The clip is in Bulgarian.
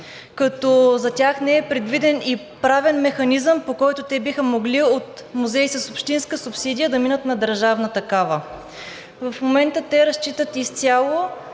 като за тях не е предвиден и правен механизъм, по който те биха могли от музеи с общинска субсидия да минат на държавна такава. В момента те разчитат изцяло